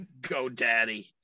GoDaddy